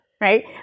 right